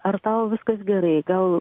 ar tau viskas gerai gal